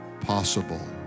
possible